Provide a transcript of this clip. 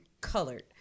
colored